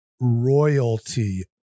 royalty